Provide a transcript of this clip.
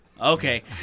okay